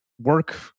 work